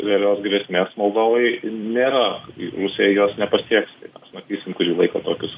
realios grėsmės moldovai nėra rusija jos nepasieks matysim kurį laiką tokius